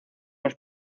los